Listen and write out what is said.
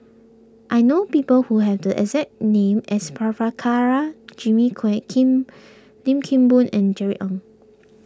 I know people who have the exact name as Prabhakara Jimmy Quek Kim Lim Kim Boon and Jerry Ng